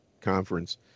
conference